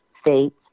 states